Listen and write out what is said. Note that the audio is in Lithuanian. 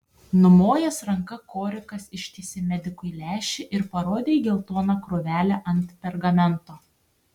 numojęs ranka korikas ištiesė medikui lęšį ir parodė į geltoną krūvelę ant pergamento